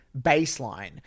baseline